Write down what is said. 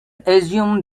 assume